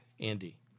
Andy